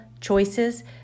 choices